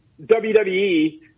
WWE